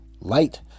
Light